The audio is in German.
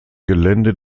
gelände